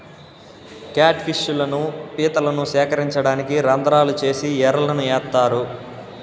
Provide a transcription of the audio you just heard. cat fish లను, పీతలను సేకరించడానికి రంద్రాలు చేసి ఎరలను ఏత్తారు